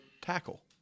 tackle